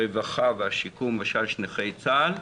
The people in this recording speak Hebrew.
הרווחה והשיקום של נכי צה"ל,